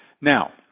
Now